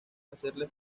hacerle